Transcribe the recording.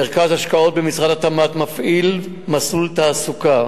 מרכז ההשקעות במשרד התמ"ת מפעיל מסלול תעסוקה